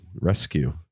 rescue